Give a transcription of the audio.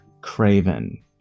Craven